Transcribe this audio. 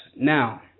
Now